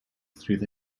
through